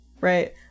right